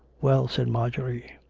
well, said marjorie,